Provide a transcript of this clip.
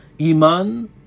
Iman